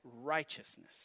righteousness